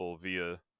via